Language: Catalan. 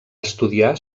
estudiar